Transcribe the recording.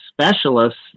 specialists